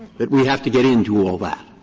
that we have to get into all that?